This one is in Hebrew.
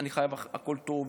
אני חייב הכול טוב,